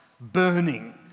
burning